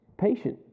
patient